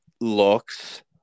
looks